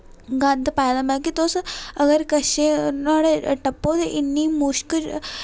गंद पाये दा बल्की तुस अगर कच्छ नुआड़े टप्पो ते इन्नी मुशक